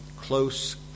close